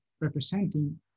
representing